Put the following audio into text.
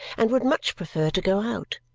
and would much prefer to go out.